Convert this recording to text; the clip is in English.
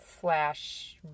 slash